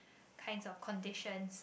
kind of conditions